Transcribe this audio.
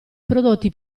prodotti